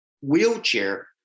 wheelchair